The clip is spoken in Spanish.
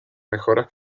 mejoras